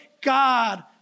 God